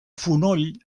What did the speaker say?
fonoll